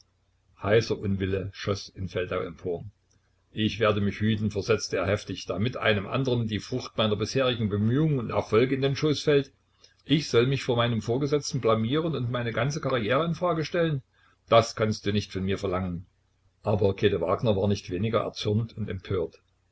heißer unwille schoß in feldau empor ich werde mich hüten versetzte er heftig damit einem andern die frucht meiner bisherigen bemühungen und erfolge in den schoß fällt ich soll mich vor meinem vorgesetzten blamieren und meinem ganze karriere in frage stellen das kannst du nicht von mir verlangen aber käthe wagner war nicht weniger erzürnt und empört